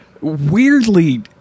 weirdly